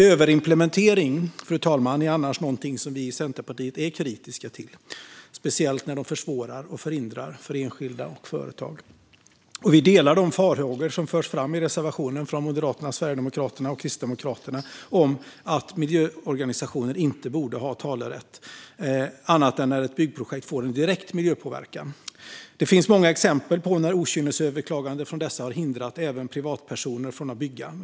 Överimplementering är annars något som vi i Centerpartiet är kritiska till, fru talman, särskilt när de försvårar och förhindrar för enskilda och företag. Vi delar de farhågor som förs fram i reservationen från Moderaterna, Sverigedemokraterna och Kristdemokraterna om att miljöorganisationer inte borde ha talerätt annat än när ett byggprojekt får en direkt miljöpåverkan. Det finns många exempel på att okynnesöverklaganden från dessa organisationer hindrat även privatpersoner från att bygga.